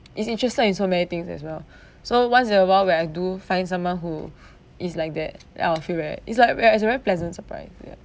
is interested in so many things as well so once in a while when I do find someone who is like that I'll feel very it's like very it's a very pleasant surprise ya